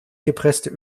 gepresste